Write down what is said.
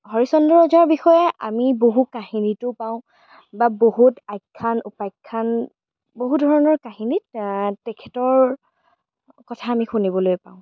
হৰিশ্চন্দ্ৰৰজাৰ বিষয়ে আমি বহু কাহিনীতো পাওঁ বা বহুত আখ্যান উপাখ্যান বহু ধৰণৰ কাহিনীত তেখেতৰ কথা আমি শুনিবলৈ পাওঁ